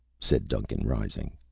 said duncan, rising.